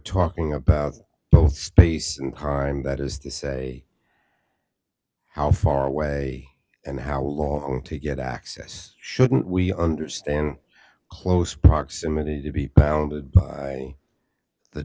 talking about both space and crime that is to say how far away and how long to get access shouldn't we understand close proximity to be pounded